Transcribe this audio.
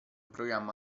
programma